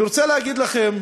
אני רוצה להגיד לכם